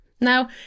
Now